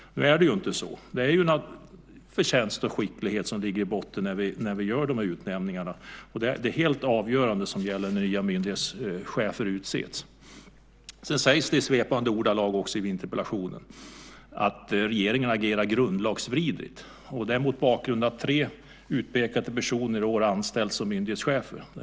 Nu är det ju inte så. Det är förtjänst och skicklighet som ligger i botten när vi gör utnämningarna, och det är helt avgörande när nya myndighetschefer utses. Sedan sägs det i svepande ordalag i interpellationen att regeringen agerar grundlagsvidrigt, och det mot bakgrund av tre utpekade personer som i år har anställts som myndighetschefer.